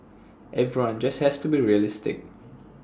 everyone just has to be realistic